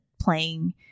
playing